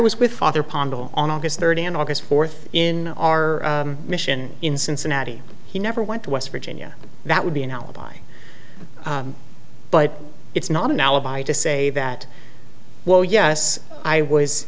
was with father pando on august third and august fourth in our mission in cincinnati he never went to west virginia that would be an alibi but it's not an alibi to say that well yes i was